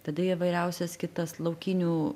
tada įvairiausias kitas laukinių